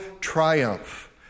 triumph